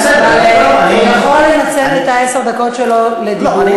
הוא יכול לנצל את עשר הדקות שלו לדיבור.